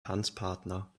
tanzpartner